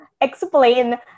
explain